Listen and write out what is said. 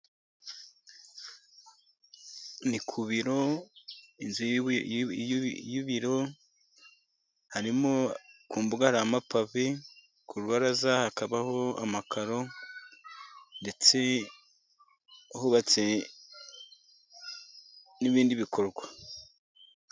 Nikubiro inzu y'ibiro harimo kumbuga harimo amapave, kurubaraza hakabaho amakaro, ndetse ahubatse n'ibindi bikorwa.